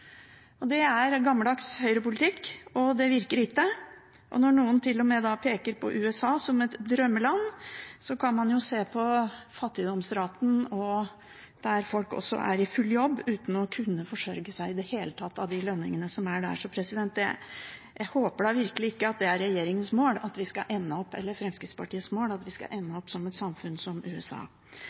og gulrot for de rike. Det er gammeldags høyrepolitikk, og det virker ikke. Når noen til og med peker på USA som et drømmeland, kan man jo se på fattigdomsraten, der folk er i full jobb uten å kunne forsørge seg i det hele tatt av de lønningene som er der. Jeg håper virkelig ikke at det er regjeringens mål, eller Fremskrittspartiets mål, at vi skal ende opp som et samfunn som USA.